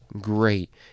great